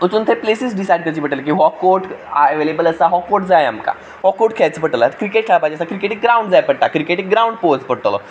वचून ते places decide करचे पडटले की हो कोर्ट एवेलेबल आसा हो कोर्ट जाय आमकां हो कोर्ट पडटलो आतां क्रिकेट खेळपा दिसा क्रिकेटीक ग्रावंड जाय पडटा क्रिकेटीक ग्रावंड पोवचो पडटलो